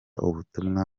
ubutumwa